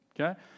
Okay